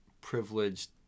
privileged